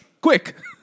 quick